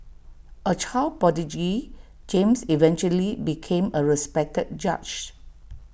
A child prodigy James eventually became A respected judge